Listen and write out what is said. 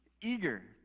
eager